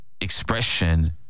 expression